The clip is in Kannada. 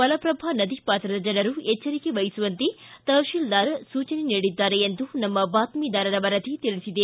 ಮಲಪ್ರಭಾ ನದಿ ಪಾತ್ರದ ಜನರು ಎಚ್ಚರಿಕೆ ವಹಿಸುವಂತೆ ತಹಶಿಲ್ದಾರ ಸೂಚನೆ ನೀಡಿದ್ದಾರೆ ಎಂದು ನಮ್ಮ ಬಾತ್ತಿದಾರರ ವರದಿ ತಿಳಿಸಿದೆ